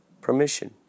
permission